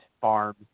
farm